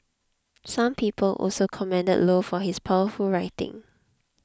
some people also commended low for his powerful writing